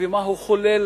ומה הוא חולל